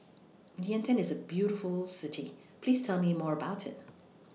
Vientiane IS A very beautiful City Please Tell Me More about IT